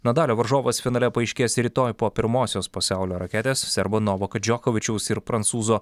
nadalio varžovas finale paaiškės rytoj po pirmosios pasaulio raketės serbo novako džokovičiaus ir prancūzo